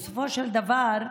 בסופו של דבר,